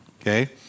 okay